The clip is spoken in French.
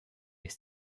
les